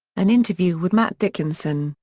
an interview with matt dickinson,